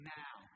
now